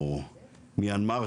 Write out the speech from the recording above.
מיאנמר,